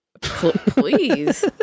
Please